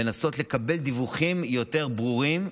לנסות לקבל דיווחים יותר ברורים,